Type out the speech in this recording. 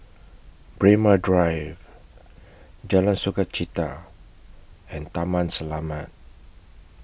Braemar Drive Jalan Sukachita and Taman Selamat